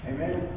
Amen